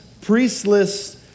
priestless